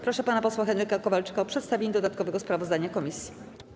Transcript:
Proszę pana posła Henryka Kowalczyka o przedstawienie dodatkowego sprawozdania komisji.